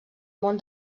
món